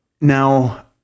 now